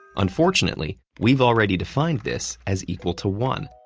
unfortunately, we've already defined this as equal to one,